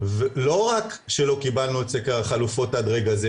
ולא רק שלא קיבלנו את סקר החלופות עד רגע זה,